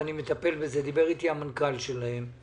ואני מטפל בזה, דיבר איתי המנכ"ל שלהם.